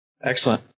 Excellent